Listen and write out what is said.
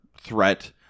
threat